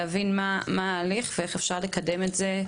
להבין מה הוא ההליך ואיך אפשר לקדם את זה?